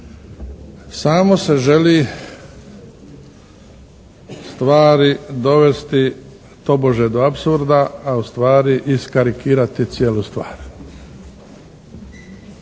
samo se želi stvari dovesti tobože do apsurda, a ustvari iskarikirati cijelu stvar.